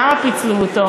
למה פיצלו אותו?